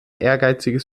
ehrgeiziges